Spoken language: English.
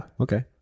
Okay